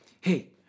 hey